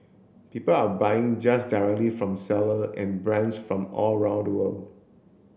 people are buying just directly from seller and brands from all around the world